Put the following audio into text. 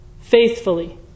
faithfully